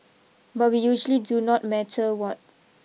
but we usually do not matter what